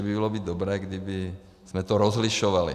Bylo by dobré, kdybychom to rozlišovali.